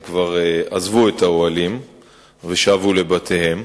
הם כבר עזבו את האוהלים ושבו לבתיהם.